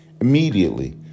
Immediately